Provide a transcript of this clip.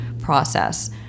process